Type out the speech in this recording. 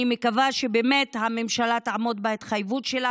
ומקווה שהממשלה באמת תעמוד בהתחייבות שלה